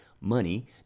money